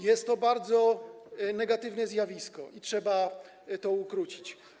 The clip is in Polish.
Jest to bardzo negatywne zjawisko i trzeba to ukrócić.